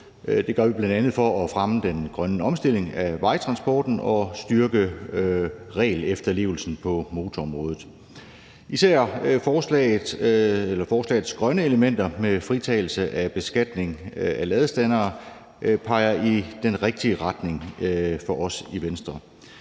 Det gør vi bl.a. for at fremme den grønne omstilling af vejtransporten og styrke regelefterlevelsen på motorområdet. Især forslagets grønne elementer om fritagelse af beskatning af ladestandere peger i den rigtige retning for os i Venstre.